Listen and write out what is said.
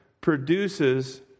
produces